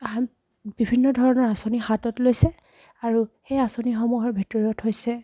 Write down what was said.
বিভিন্ন ধৰণৰ আঁচনি হাতত লৈছে আৰু সেই আঁচনিসমূহৰ ভিতৰত হৈছে